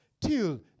till